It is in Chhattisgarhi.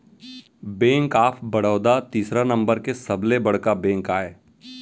बेंक ऑफ बड़ौदा तीसरा नंबर के सबले बड़का बेंक आय